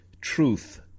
truth